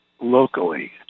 locally